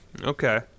Okay